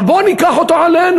אבל בוא ניקח אותו עלינו,